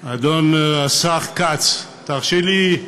אדון השר כץ, תרשה לי,